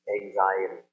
anxiety